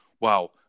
wow